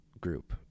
group